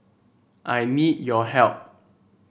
I need your help